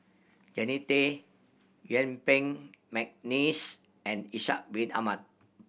Jannie Tay Yuen Peng McNeice and Ishak Bin Ahmad